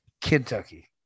Kentucky